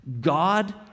God